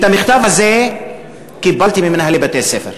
את המכתב הזה קיבלתי ממנהלי בתי-ספר,